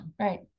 Right